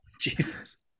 Jesus